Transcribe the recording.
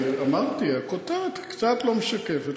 אמרתי: הכותרת קצת לא משקפת,